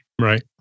Right